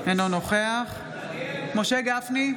אינו נוכח משה גפני,